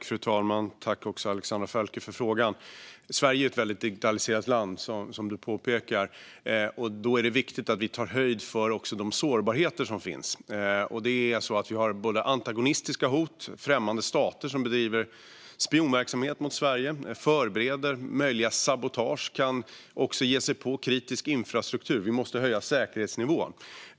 Fru talman! Jag tackar Alexandra Völker för frågan. Sverige är ett mycket digitaliserat land, och då är det viktigt att vi också tar höjd för de sårbarheter som finns. Det förekommer antagonistiska hot där främmande stater bedriver spionverksamhet mot Sverige, förbereder möjliga sabotage och kan ge sig på kritisk infrastruktur. Därför måste vi höja säkerhetsnivån.